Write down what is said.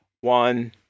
one